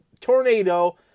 tornado